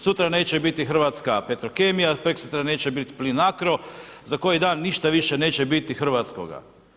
Sutra neće biti hrvatska Petrokemija, preksutra neće biti Plinacro, za koji dan ništa više neće biti hrvatskoga.